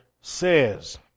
says